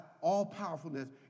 all-powerfulness